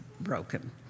broken